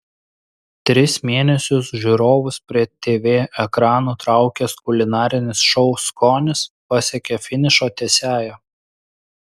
tris mėnesius žiūrovus prie tv ekranų traukęs kulinarinis šou skonis pasiekė finišo tiesiąją